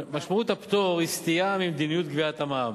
משמעות הפטור היא סטייה ממדיניות גביית המע"מ.